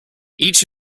each